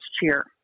cheer